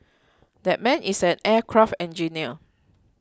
that man is an aircraft engineer